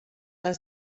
les